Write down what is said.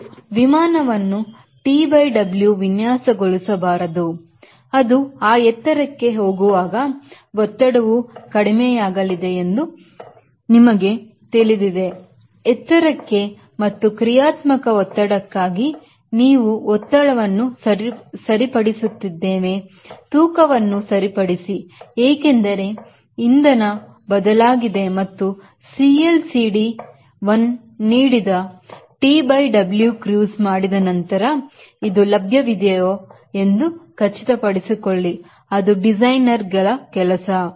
ಮತ್ತು ವಿಮಾನವನ್ನು TW ಮೂಲಕ ವಿನ್ಯಾಸಗೊಳಿಸಿಸಬಾರದು ಅದು ಆ ಎತ್ತರಕ್ಕೆ ಹೋಗುವಾಗ ಒತ್ತಡವೂ ಕಡಿಮೆಯಾಗಲಿದೆ ಎಂದು ನಿಮಗೆ ತಿಳಿದಿದೆ ಎತ್ತರಕ್ಕೆ ಮತ್ತು ಕ್ರಿಯಾತ್ಮಕ ಒತ್ತಡಕ್ಕಾಗಿ ನೀವು ಒತ್ತಡವನ್ನು ಸರಿಪಡಿಸುತ್ತಿದ್ದೇವೆ ತೂಕವನ್ನು ಸರಿಪಡಿಸಿ ಏಕೆಂದರೆ ಇಂದನ ಬದಲಾಗಿದೆ ಮತ್ತು CL CD 1 ನೀಡಿದ TW Cruise ಮಾಡಿದ ನಂತರ ಇದು ಲಭ್ಯವಿದೆಯೇ ಎಂದು ಖಚಿತಪಡಿಸಿಕೊಳ್ಳಿ ಅದು ಡಿಸೈನರ್ ಗಳ ಕೆಲಸ